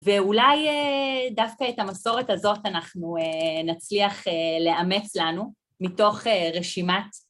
ואולי דווקא את המסורת הזאת אנחנו נצליח לאמץ לנו מתוך רשימת